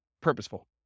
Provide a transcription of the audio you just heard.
purposeful